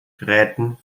gräten